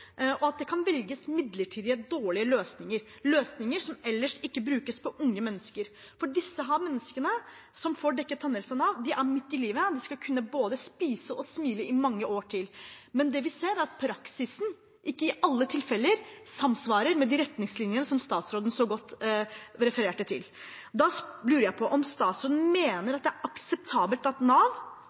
og at det kan velges midlertidige, dårlige løsninger, løsninger som ellers ikke brukes på unge mennesker. Disse menneskene som får dekket tannhelse nå, er midt i livet, og de skal kunne både spise og smile i mange år til. Men vi ser at praksisen ikke i alle tilfeller samsvarer med de retningslinjene som statsråden så godt refererte til. Da lurer jeg på om statsråden mener at det er akseptabelt at Nav